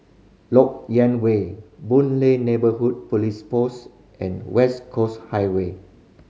Lok Yang Way Boon Lay Neighbourhood Police Post and West Coast Highway